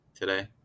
today